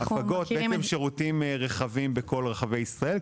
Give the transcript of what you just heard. --- בעצם שירותים רחבים בכל רחבי ישראל,